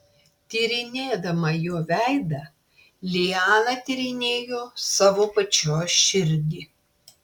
tyrinėdama jo veidą liana tyrinėjo savo pačios širdį